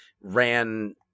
ran